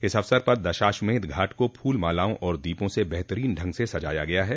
इस अवसर पर दशाश्वमेध घाट को फूल मालाआ और दीपों से बेहतरीन ढंग से सजाया गया है